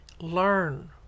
learn